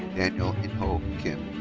daniel inho kim.